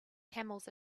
camels